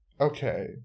Okay